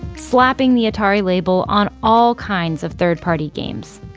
slapping the atari label on all kinds of third-party games.